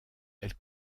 elle